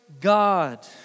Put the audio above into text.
God